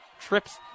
trips